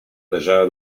leżała